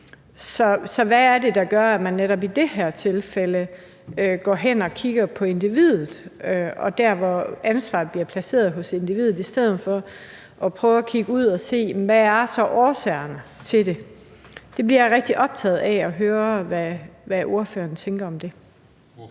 Så hvad er det, der gør, at man netop i det her tilfælde går hen og kigger på individet, og hvor ansvaret bliver placeret hos individet, i stedet for at prøve at kigge ud og se på, hvad der så er årsagerne til det? Der bliver jeg rigtig optaget af at høre, hvad ordføreren tænker om det.